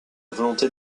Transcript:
volonté